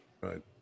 Right